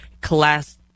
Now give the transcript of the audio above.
Class